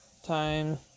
time